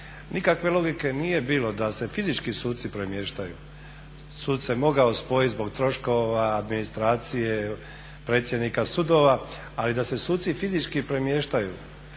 Nikakve logike nije bilo da se fizički suci premještaju. Sud se mogao spojiti zbog troškova, administracije, predsjednika sudova, ali da se suci fizički premještaju